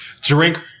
Drink